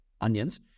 onions